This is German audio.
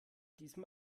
diesem